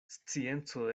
scienco